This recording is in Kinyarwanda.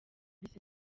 bise